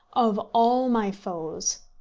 of all my foes,